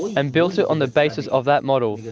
and built it on the basis of that model.